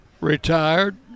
Retired